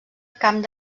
camp